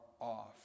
off